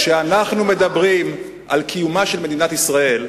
כשאנחנו מדברים על קיומה של מדינת ישראל,